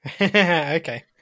Okay